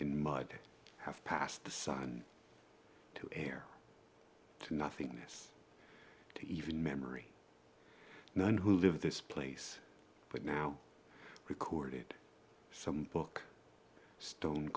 and mud have passed the sun to air to nothingness to even memory none who live this place but now recorded some book stone